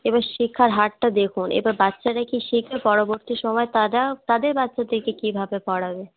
এবার শিক্ষার হারটা দেখুন এরপর বাচ্চারা কী শিখে পরবর্তী সময়ে তারা তাদের বাচ্চাদেরকে কী ভাবে পড়াবে